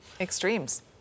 extremes